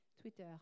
Twitter